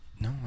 No